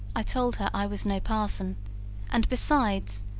i told her i was no parson and besides,